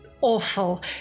awful